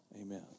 Amen